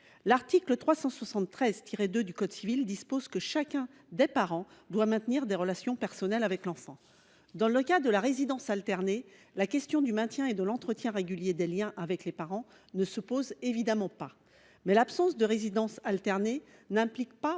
L’article 373 2 du code civil dispose que chacun des père et mère doit maintenir des relations personnelles avec l’enfant. Dans le cas de la résidence alternée, la question du maintien et de l’entretien régulier des liens avec les parents ne se pose évidemment pas. Cependant, l’absence de résidence alternée n’implique pas